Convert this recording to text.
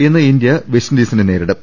ഇന്ന് India west ഇൻഡീസിനെ നേരിടും